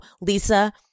Lisa